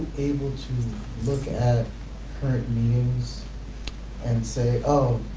able to look at current meetings and say oh,